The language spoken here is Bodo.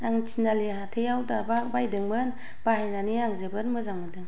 आं थिनालि हाथायाव दाबा बायदोंमोन बाहायनानै आं जोबोद मोजां मोन्दों